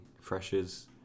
freshers